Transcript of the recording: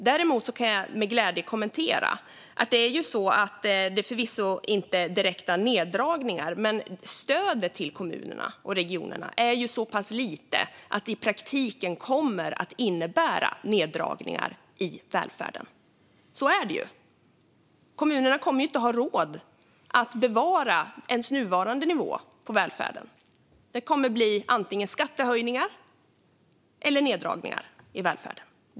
Däremot kan jag med glädje kommentera att det förvisso inte är direkta neddragningar, men stödet till kommunerna och regionerna är så pass litet att det i praktiken kommer att innebära neddragningar i välfärden. Så är det ju. Kommunerna kommer inte att ha råd att bevara ens nuvarande nivå på välfärden. Det kommer att bli antingen skattehöjningar eller neddragningar i välfärden.